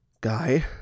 guy